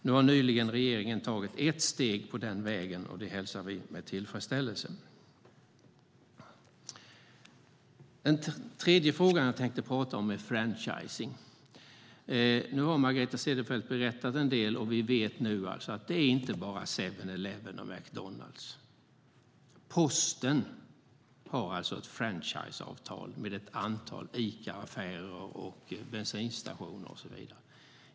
Nu har regeringen nyligen tagit ett steg på den vägen, och det hälsar vi med tillfredställelse. Den tredje frågan jag tänkte tala om är franchising. Margareta Cederfelt har berättat en del, och vi vet nu att det inte bara handlar om 7-Eleven och McDonalds. Posten har ett franchiseavtal med ett antal Icaaffärer, bensinstationer och så vidare.